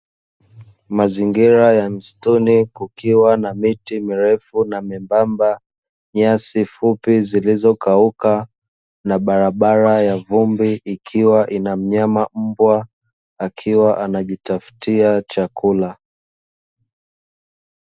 Mazingira ya msituni kukiwa na miti mirefu na myembamba, nyasi fupi zilizokauka na barabara ya vumbi ikiwa ina mnyama mbwa akiwa anajitafutia chakula.